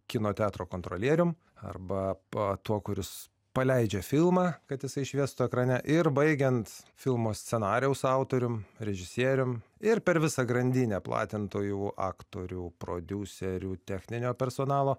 kino teatro kontrolierium arba pa tuo kuris paleidžia filmą kad jisai šviestų ekrane ir baigiant filmo scenarijaus autorium režisierium ir per visą grandinę platintojų aktorių prodiuserių techninio personalo